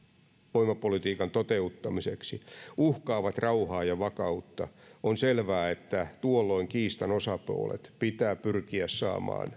voimapolitiikan toteuttamiseksi uhkaavat rauhaa ja vakautta on selvää että tuolloin kiistan osapuolet pitää pyrkiä saamaan